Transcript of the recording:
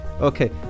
okay